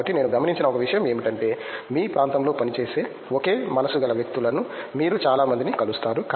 కాబట్టి నేను గమనించిన ఒక విషయం ఏమిటంటే మీ ప్రాంతంలో పనిచేసే ఒకే మనస్సుగల వ్యక్తులను మీరు చాలా మందిని కలుస్తారు